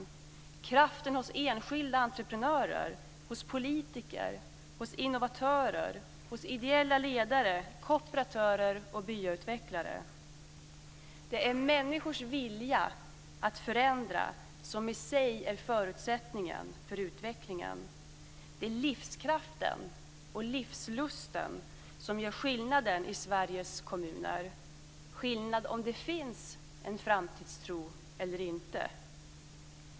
Det är kraften hos enskilda entreprenörer, hos politiker, hos innovatörer, ideella ledare, kooperatörer och byautvecklare. Det är människors vilja att förändra som i sig är förutsättningen för utvecklingen. Det är livskraften och livslusten som gör skillnaden i Sveriges kommuner, skillnaden mellan om det finns en framtidstro eller inte.